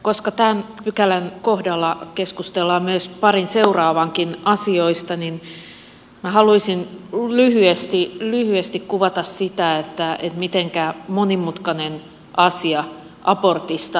koska tämän pykälän kohdalla keskustellaan myös parin seuraavankin asioista niin minä haluaisin lyhyesti kuvata sitä miten monimutkainen asia abortista säätäminen on